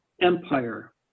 empire